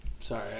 Sorry